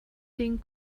den